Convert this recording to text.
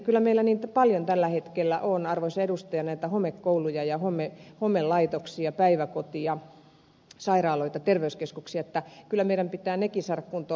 kyllä meillä paljon tällä hetkellä on arvoisa edustaja näitä homekouluja ja homelaitoksia päiväkoteja sairaaloita terveyskeskuksia ja kyllä meidän pitää nekin saada kuntoon